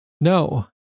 no